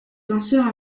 danseurs